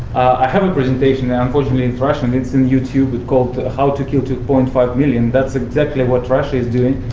i have a presentation and unfortunately it's russian it's in youtube. it's called, how to kill two point five million. that's exactly what russia is doing.